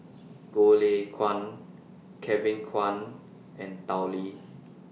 Goh Lay Kuan Kevin Kwan and Tao Li